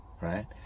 right